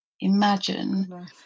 imagine